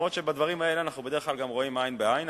אף-על-פי שבדברים האלה אנחנו בדרך כלל גם רואים עין בעין,